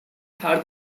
had